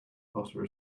butter